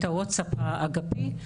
את הווטסאפ האגפי,